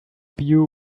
view